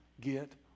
get